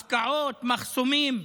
הפקעות, מחסומים,